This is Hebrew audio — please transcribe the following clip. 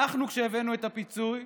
אנחנו, כשהבאנו את הפיצוי,